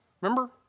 Remember